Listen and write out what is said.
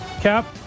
Cap